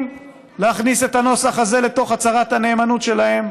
להכניס את הנוסח הזה לתוך הצהרת הנאמנות שלהם?